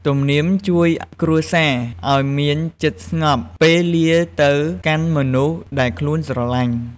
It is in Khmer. ទំនៀមជួយគ្រួសារឲ្យមានចិត្តស្ងប់ ពេលលារទៅកាន់មនុស្សដែលខ្លួនស្រឡាញ។